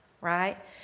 right